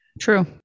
true